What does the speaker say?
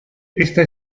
esta